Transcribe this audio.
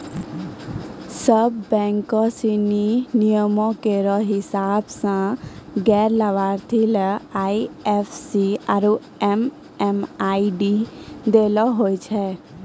सब बैंक सिनी नियमो केरो हिसाब सें गैर लाभार्थी ले आई एफ सी आरु एम.एम.आई.डी दै ल होय छै